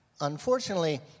Unfortunately